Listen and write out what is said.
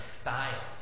style